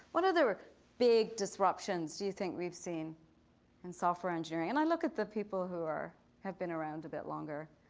what are the big disruptions do you think we've seen in software engineering? and i look at the people who have been around a bit longer.